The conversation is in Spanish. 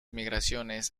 migraciones